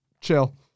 chill